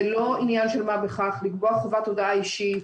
זה לא עניין של מה בכך לקבוע חובת הודעה אישית,